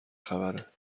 خبره